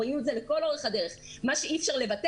רואים את זה לאורך כל הדרך: מה שאי אפשר לבטל,